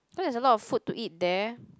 cause there's a lot of food to eat there